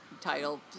title